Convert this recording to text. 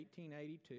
1882